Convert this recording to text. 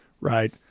right